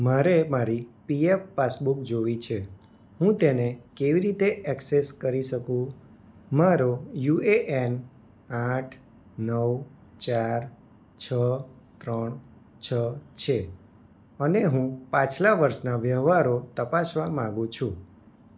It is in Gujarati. મારે મારી પીએફ પાસબુક જોવી છે હું તેને કેવી રીતે ઍક્સેસ કરી શકું મારો યુ એ એન આઠ નવ ચાર છ ત્રણ છ છે અને હું પાછલા વર્ષના વ્યવહારો તપાસવા માગુ છું